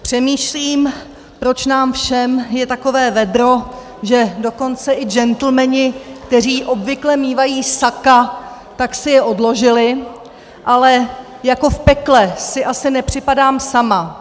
Přemýšlím, proč nám všem je takové vedro, že dokonce i gentlemani, kteří obvykle mívají saka, tak si je odložili, ale jako v pekle si asi nepřipadám sama.